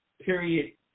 period